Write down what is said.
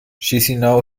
chișinău